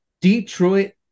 Detroit